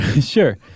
Sure